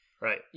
Right